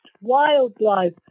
wildlife